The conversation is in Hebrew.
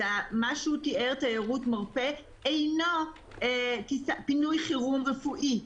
מה שהוא תיאר תיירות מרפא אינו פינוי חירום רפואי.